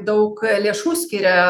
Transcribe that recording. daug lėšų skiria